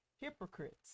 hypocrites